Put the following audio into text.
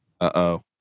Uh-oh